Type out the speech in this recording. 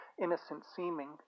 innocent-seeming